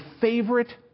favorite